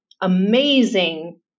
amazing